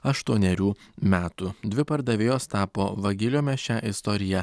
aštuonerių metų dvi pardavėjos tapo vagiliomis šią istoriją